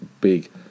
big